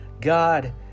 God